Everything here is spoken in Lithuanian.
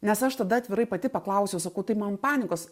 nes aš tada atvirai pati paklausiau sakau tai man panikos